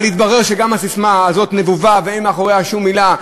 אבל התברר שגם הססמה הזאת נבובה ואין מאחוריה שום מילה,